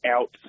out